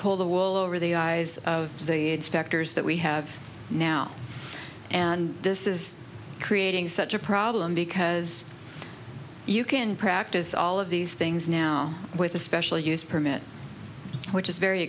pull the wool over the eyes of the specters that we have now and this is creating such a problem because you can practice all of these things now with a special use permit which is very